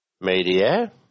media